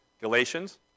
Galatians